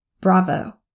Bravo